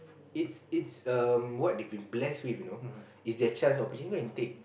it's it's um they've been blessed with you know it's their child's opportunity they go and take